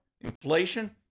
inflation